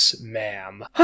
ma'am